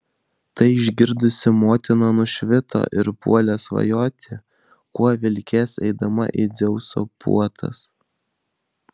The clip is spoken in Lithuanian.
tai išgirdusi motina nušvito ir puolė svajoti kuo vilkės eidama į dzeuso puotas